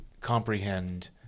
comprehend